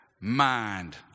mind